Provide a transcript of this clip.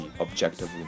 objectively